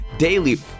Daily